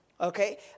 Okay